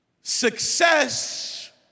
Success